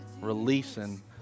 releasing